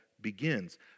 begins